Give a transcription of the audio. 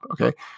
Okay